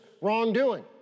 wrongdoing